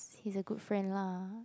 he's a good friend lah